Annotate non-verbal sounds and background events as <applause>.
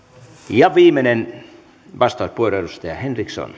ja viimeinen vastauspuheenvuoro edustaja henriksson <unintelligible>